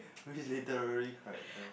which is literally character